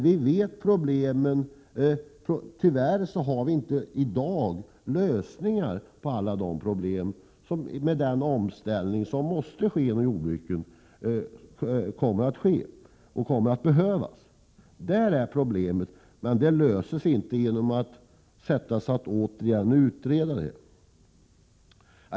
Vi känner till problemen, men tyvärr har vi inte i dag lösningar på alla de problem som uppstår till följd av de omställningar som kommer att behövas inom jordbruket. Det är det som är problemet, men det löser vi inte genom att åter utreda frågan.